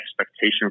expectation